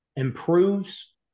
improves